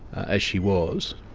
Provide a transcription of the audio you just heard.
as she was,